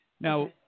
Now